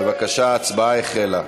בבקשה, ההצבעה החלה.